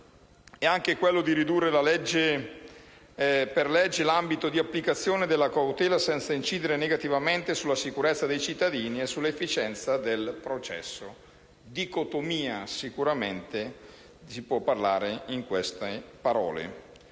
e anche quello di ridurre per legge l'ambito di applicazione della cautela senza incidere negativamente sulla sicurezza dei cittadini e sull'efficienza del processo. Certamente in queste parole